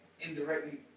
indirectly